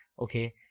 Okay